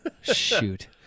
shoot